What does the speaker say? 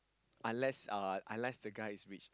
unless uh unless the guy is rich